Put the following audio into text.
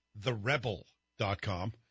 TheRebel.com